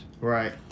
Right